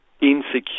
insecure